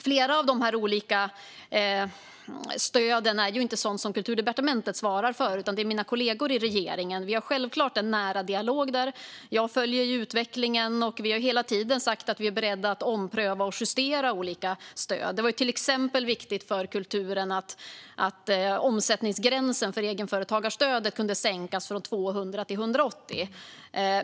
Flera av de olika stöden är ju inte sådant som Kulturdepartementet svarar för, utan det gör mina kollegor i regeringen. Vi har självklart en nära dialog. Jag följer utvecklingen, och vi har hela tiden sagt att vi är beredda att ompröva och justera olika stöd. Det var ju till exempel viktigt för kulturen att omsättningsgränsen för egenföretagarstödet kunde sänkas från 200 till 180.